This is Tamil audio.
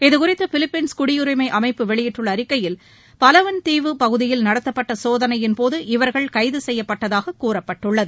இதுகுறித்தபிலிப்பைன்ஸ் குடியுரிமைஅமைப்பு வெளியிட்டுள்ளஅறிக்கையில் பலவன் தீவு பகுதியில் நடத்தப்பட்டசோதனையின்போது இவர்கள் கைதுசெய்யப்பட்டதாககூறப்பட்டுள்ளது